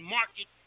Market